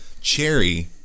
cherry